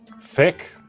Thick